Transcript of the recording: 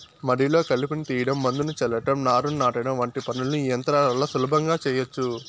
మడిలో కలుపును తీయడం, మందును చల్లటం, నారును నాటడం వంటి పనులను ఈ యంత్రాల వల్ల సులభంగా చేయచ్చు